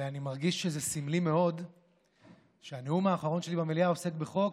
ואני מרגיש שזה סמלי מאוד שהנאום האחרון שלי במליאה עוסק בחוק